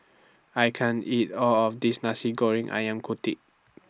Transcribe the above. I can't eat All of This Nasi Goreng Ayam Kunyit